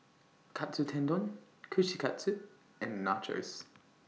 Katsu Tendon Kushikatsu and Nachos